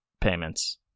payments